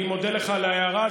אני מודה לך על ההערה.